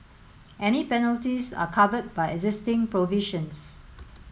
any penalties are covered by existing provisions